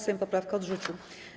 Sejm poprawkę odrzucił.